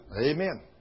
Amen